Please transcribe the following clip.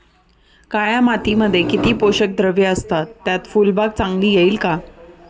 काळ्या मातीमध्ये किती पोषक द्रव्ये असतात, त्यात फुलबाग चांगली येईल का?